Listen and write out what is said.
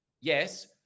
Yes